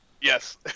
Yes